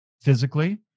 physically